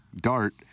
dart